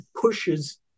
pushes